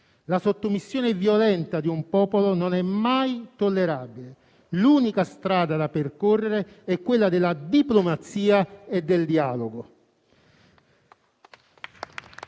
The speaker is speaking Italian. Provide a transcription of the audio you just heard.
la sottomissione violenta di un popolo non è mai tollerabile; l'unica strada da percorrere è quella della diplomazia e del dialogo.